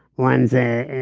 one's a